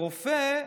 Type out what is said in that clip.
רופא,